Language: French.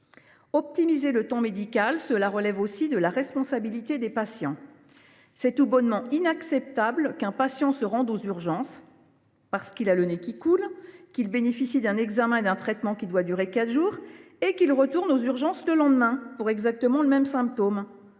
Optimiser le temps médical, cela relève aussi de la responsabilité des patients. Il est tout bonnement inacceptable qu’un patient se rende aux urgences parce qu’il a le nez qui coule, qu’il bénéficie d’un examen et d’un traitement qui doit durer quatre jours et qu’il retourne aux urgences le lendemain… car il présente exactement le même symptôme.